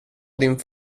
din